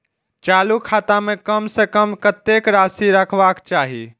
चालु खाता में कम से कम कतेक राशि रहबाक चाही?